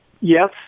Yes